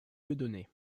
dieudonné